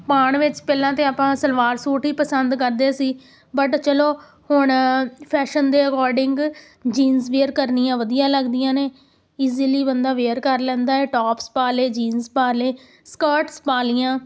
ਪਾਉਣ ਵਿੱਚ ਪਹਿਲਾਂ ਤਾਂ ਆਪਾਂ ਸਲਵਾਰ ਸੂਟ ਹੀ ਪਸੰਦ ਕਰਦੇ ਸੀ ਬਟ ਚਲੋ ਹੁਣ ਫੈਸ਼ਨ ਦੇ ਅਕੋਰਡਿੰਗ ਜੀਨਸ ਵੀਅਰ ਕਰਨੀਆਂ ਵਧੀਆ ਲੱਗਦੀਆਂ ਨੇ ਇਸੀਲੀ ਬੰਦਾ ਵੇਅਰ ਕਰ ਲੈਂਦਾ ਹੈ ਟੋਪਸ ਪਾ ਲਏ ਜੀਨਸ ਪਾ ਲਏ ਸਕਰਟਸ ਪਾ ਲਈਆਂ